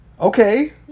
Okay